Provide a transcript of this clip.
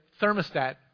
thermostat